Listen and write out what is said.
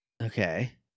Okay